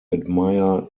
admire